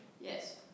Yes